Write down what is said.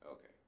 Okay